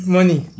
Money